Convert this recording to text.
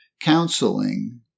counseling